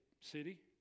city